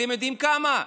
אתם יודעים כמה?